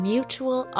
Mutual